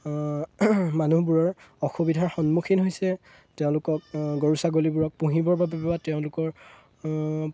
মানুহবোৰৰ অসুবিধাৰ সন্মুখীন হৈছে তেওঁলোকক গৰু ছাগলীবোৰক পুহিবৰ বাবে বা তেওঁলোকৰ